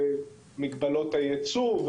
מגבלות הייצוא,